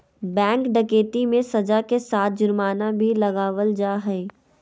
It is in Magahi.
बैंक डकैती मे सज़ा के साथ जुर्माना भी लगावल जा हय